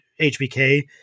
HBK